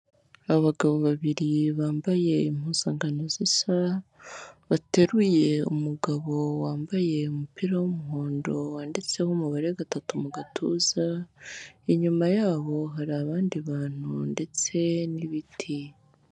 Abagabo babiri bambaye impuzangano zisa, bateruye umugabo wambaye umupira w'umuhondo wanditseho umubare gatatu mu gatuza, inyuma yaho hari abandi bantu ndetse n'ibiti.